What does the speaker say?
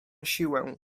siłę